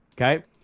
Okay